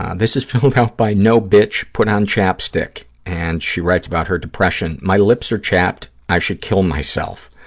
ah this is filled out by no, bitch, put on chapstick, and she writes about her depression. my lips are chapped, i should kill myself.